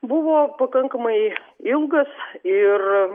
buvo pakankamai ilgas ir